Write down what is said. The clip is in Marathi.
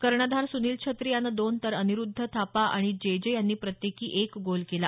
कर्णधार सुनील छत्री यानं दोन तर अनिरुध्द थापा आणि जेजे यांनी प्रत्येकी एक गोल केला